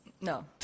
No